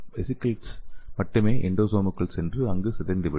vesicles மட்டுமே எண்டோசோமுக்குள் சென்று அங்கு சிதைந்துவிடும்